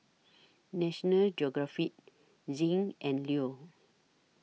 National Geographic Zinc and Leo